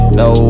no